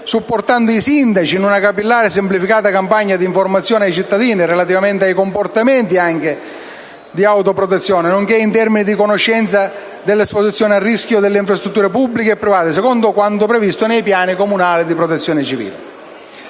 supportando i sindaci in una capillare e semplificata campagna di informazione ai cittadini relativamente ai comportamenti di autoprotezione, nonché in termini di conoscenza dell'esposizione al rischio delle infrastrutture pubbliche e private, secondo quanto previsto dai piani comunali di protezione civile,